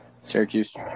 Syracuse